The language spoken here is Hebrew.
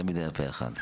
תמיד היה פה אחד.